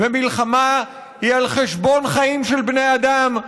ומלחמה היא על חשבון חיים של בני אדם,